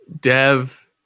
Dev